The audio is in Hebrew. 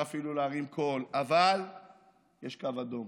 אפשר אפילו להרים קול, אבל יש קו אדום,